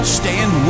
stand